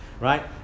right